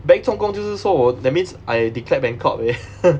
bank 充公就是说我 that means I declared bankrupt already